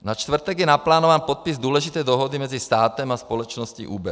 Na čtvrtek je naplánován podpis důležité dohody mezi státem a společností Uber.